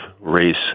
race